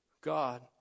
God